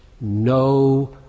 No